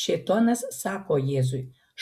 šėtonas sako jėzui